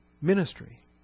ministry